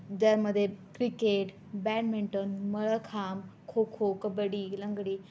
ज्यामध्ये cricket badminton mallakhamb kho kho kabaddi लंगडी